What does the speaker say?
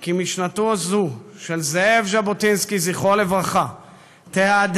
כי משנתו זו של זאב ז'בוטינסקי זכרו לברכה תהדהד,